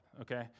okay